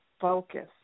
focus